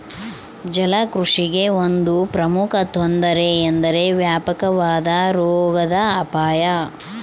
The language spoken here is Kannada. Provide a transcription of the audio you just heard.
ಜಲಕೃಷಿಗೆ ಒಂದು ಪ್ರಮುಖ ತೊಂದರೆ ಎಂದರೆ ವ್ಯಾಪಕವಾದ ರೋಗದ ಅಪಾಯ